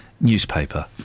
newspaper